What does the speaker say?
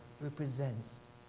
represents